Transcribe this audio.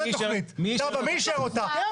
מי אישר אותה?